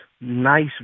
nice